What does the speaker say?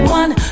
one